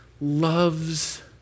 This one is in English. loves